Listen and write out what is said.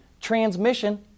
transmission